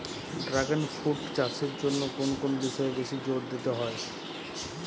Dragon fruit চাষের জন্য কোন কোন বিষয়ে বেশি জোর দিতে হয়?